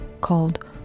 called